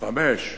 חמש.